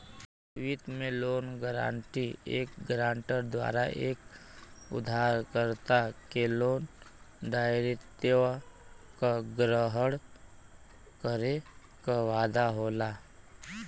वित्त में loan guarantee एक गारंटर द्वारा एक उधारकर्ता के लोन दायित्व क ग्रहण करे क वादा होला